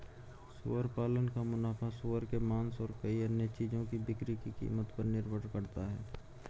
सुअर पालन का मुनाफा सूअर के मांस और कई अन्य चीजों की बिक्री की कीमत पर निर्भर करता है